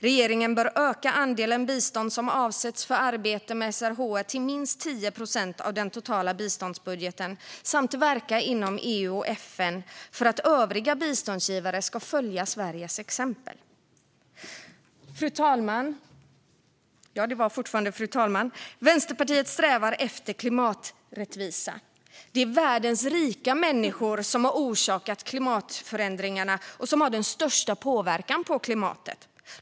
Regeringen bör öka andelen bistånd som avsätts för arbete med SRHR till minst 10 procent av den totala biståndsbudgeten samt verka inom EU och FN för att övriga biståndsgivare ska följa Sveriges exempel. Fru talman! Vänsterpartiet strävar efter klimaträttvisa. Det är världens rika människor som har orsakat klimatförändringarna och som har den största påverkan på klimatet.